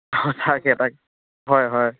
অঁ তাকে তাকে হয় হয়